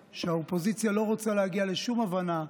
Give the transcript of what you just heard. שהאופוזיציה לא רוצה להגיע לשום הבנה,